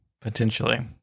potentially